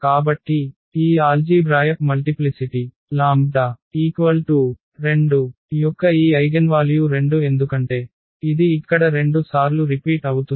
కాబట్టి ఈ algebraic multiplicity λ 2 యొక్క ఈ ఐగెన్వాల్యూ 2 ఎందుకంటే ఇది ఇక్కడ 2 సార్లు రిపీట్ అవుతుంది